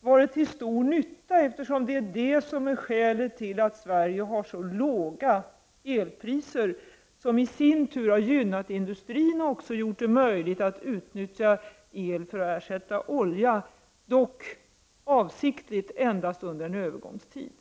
varit till stor nytta, eftersom detta är skälet till att vi i Sverige har så låga elpriser. Detta har i sin tur gynnat industrin och gjort det möjligt att utnyttja el för att ersätta olja, dock endast under en övergångstid.